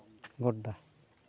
ᱜᱚᱰᱰᱟ